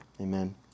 Amen